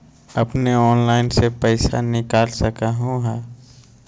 अपने ऑनलाइन से पईसा निकाल सकलहु ह?